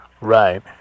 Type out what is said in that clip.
right